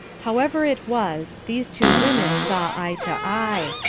however it was, these two women saw eye to eye.